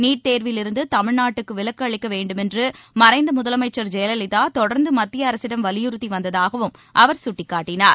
NEET தேர்விலிருந்து தமிழ்நாட்டுக்கு விலக்கு அளிக்க வேண்டுமென்று மறைந்த முதலமைச்சர் ஜெயலலிதா தொடர்ந்து மத்திய அரசிடம் வலியுறுத்தி வந்ததாகவும் அவர் சுட்டிக்காட்டினார்